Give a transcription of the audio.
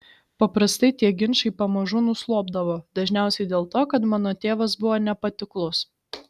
paprastai tie ginčai pamažu nuslopdavo dažniausiai dėl to kad mano tėvas buvo nepatiklus